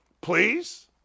please